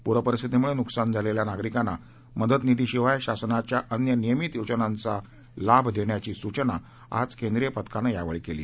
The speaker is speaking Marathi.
पूरपरिस्थीतीमुळे नुकसान झालेल्या नागरिकांना मदतनिधीशिवाय शासनाच्या अन्य नियमीत योजनांचा लाभ देण्याची सूचना आज केंद्रीय पथकानं यावेळी केली